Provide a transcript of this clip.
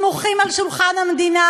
סמוכים על שולחן המדינה?